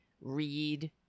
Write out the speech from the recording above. read